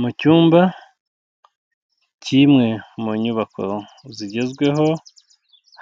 Mu cyumba k'imwe mu nyubako zigezweho,